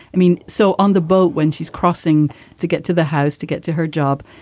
i mean, so on the boat. when she's crossing to get to the house, to get to her job,